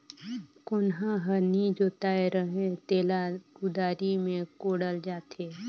कोनहा हर नी जोताए रहें तेला कुदारी मे कोड़ल जाथे